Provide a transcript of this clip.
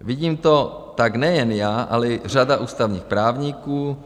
Vidím to tak nejen já, ale i řada ústavních právníků.